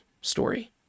story